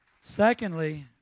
Secondly